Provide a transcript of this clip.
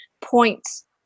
points